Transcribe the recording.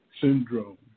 syndrome